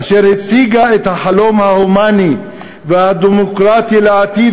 אשר הציגה את החלום ההומני והדמוקרטי לעתיד,